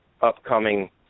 upcoming